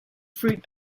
fruit